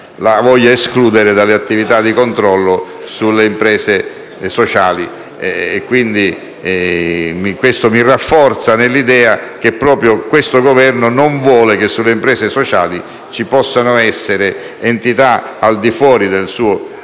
la voglia poi escludere dalle attività di controllo sulle imprese sociali. Quindi, questo mi rafforza nell'idea che il Governo in carica non vuole che sulle imprese sociali ci possano essere entità, al di fuori della sua stretta